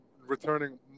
returning